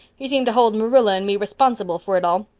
he seemed to hold marilla and me responsible for it all,